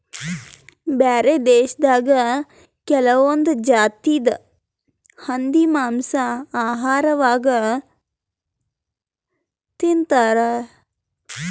ಬ್ಯಾರೆ ದೇಶದಾಗ್ ಕೆಲವೊಂದ್ ಜಾತಿದ್ ಹಂದಿ ಮಾಂಸಾ ಆಹಾರವಾಗ್ ತಿಂತಾರ್